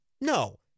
No